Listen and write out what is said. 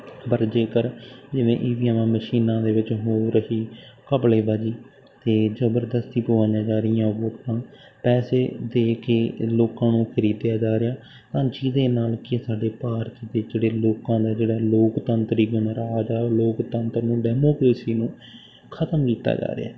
ਪਰ ਜੇਕਰ ਜਿਵੇਂ ਈ ਵੀ ਐੱਮ ਮਸ਼ੀਨਾਂ ਦੇ ਵਿੱਚ ਹੋ ਰਹੀ ਘਪਲੇਬਾਜੀ ਅਤੇ ਜ਼ਬਰਦਸਤੀ ਪਵਾਈਆਂ ਜਾ ਰਹੀਆ ਵੋਟਾਂ ਪੈਸੇ ਦੇ ਕੇ ਲੋਕਾਂ ਨੂੰ ਖਰੀਦਿਆ ਜਾ ਰਿਹਾ ਦੇ ਨਾਲ ਕੀ ਆ ਸਾਡੇ ਭਾਰਤ ਦੇ ਜਿਹੜੇ ਲੋਕਾਂ ਦਾ ਜਿਹੜਾ ਲੋਕਤੰਤਰੀ ਗਣਰਾਜ ਆ ਲੋਕਤੰਤਰ ਨੂੰ ਡੈਮੋਕਰੇਸੀ ਨੂੰ ਖ਼ਤਮ ਕੀਤਾ ਜਾ ਰਿਹਾ